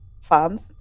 farms